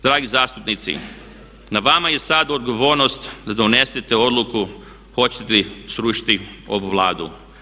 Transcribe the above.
Dragi zastupnici na vama je sad odgovornost da donesete odluku hoćete li srušiti ovu Vladu.